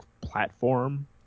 platform